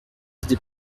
idées